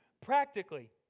Practically